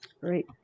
Great